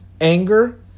anger